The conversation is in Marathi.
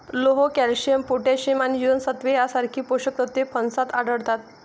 लोह, कॅल्शियम, पोटॅशियम आणि जीवनसत्त्वे यांसारखी पोषक तत्वे फणसात आढळतात